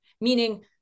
Meaning